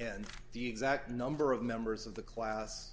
and the exact number of members of the class